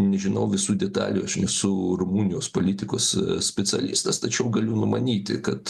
nežinau visų detalių aš nesu rumunijos politikos specialistas tačiau galiu numanyti kad